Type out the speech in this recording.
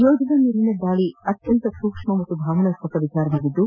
ಯೋಧರ ಮೇಲಿನ ದಾಳಿ ಅತ್ಯಂತ ಸೂಕ್ಷ್ಮ ಮತ್ತು ಭಾವನಾತ್ಮಕ ವಿಷಯವಾಗಿದ್ದು